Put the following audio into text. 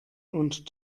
und